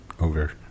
over